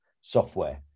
software